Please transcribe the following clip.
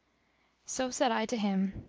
so said i to him,